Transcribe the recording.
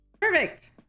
Perfect